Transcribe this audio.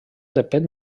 depèn